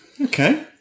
Okay